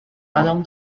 along